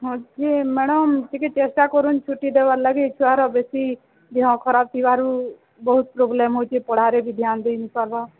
ହଁ ଯେ ମ୍ୟାଡ଼ାମ୍ ଟିକେ ଚେଷ୍ଟା କରନ୍ତୁ ଛୁଟି ଦେବାର ଲାଗି ଛୁଆର ବେଶି ଦେହ ଖରାପ ଥିବାରୁ ବହୁତ ପ୍ରୋବ୍ଲେମ୍ ହେଉଛି ପଢ଼ାରେ ବି ଧ୍ୟାନ୍ଦେଇ ନି ପାରବାର୍